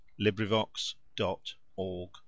LibriVox.org